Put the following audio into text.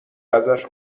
ازش